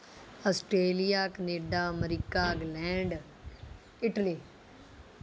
Australia Canada America England Italy